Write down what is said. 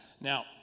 Now